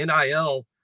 NIL